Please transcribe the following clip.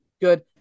Good